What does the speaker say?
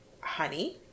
honey